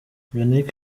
yannick